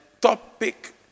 topic